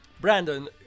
Brandon